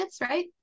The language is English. right